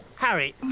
harry!